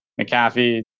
McAfee